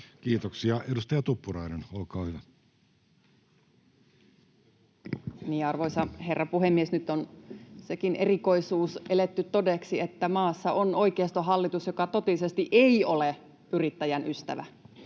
Harakka sd) Time: 16:21 Content: Arvoisa herra puhemies! Nyt on sekin erikoisuus eletty todeksi, että maassa on oikeistohallitus, joka totisesti ei ole yrittäjän ystävä.